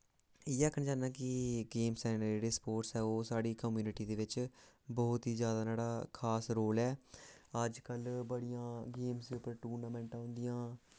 इ'यै आखना चाह्न्ना कि गेम्स एंड जेह्ड़े स्पोर्ट्स ऐ ओह् साढ़ी कम्युनिटी दे बिच्च बोह्त ही जैदा नुआढ़ा खास रोल ऐ अजकल्ल बड़ियां गेम्स उप्पर टूर्नामैंटां होंदियां